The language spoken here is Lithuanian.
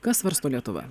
ką svarsto lietuva